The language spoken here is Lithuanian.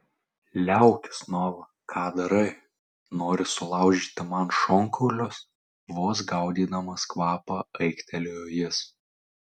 liaukis nova ką darai nori sulaužyti man šonkaulius vos gaudydamas kvapą aiktelėjo jis